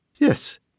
Yes